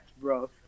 bro